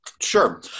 Sure